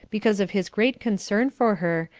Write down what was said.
because of his great concern for her,